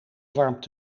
warmt